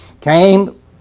came